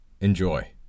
Enjoy